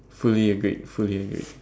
fully agreed fully agreed